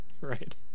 Right